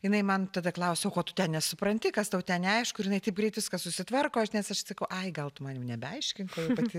jinai man tada klausia ko tu ten nesupranti kas tau ten neaišku ir ne taip greit viskas susitvarko aš nes aš tikrai gal tu man jau nebeaiškink o jau pati